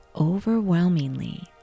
overwhelmingly